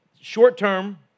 short-term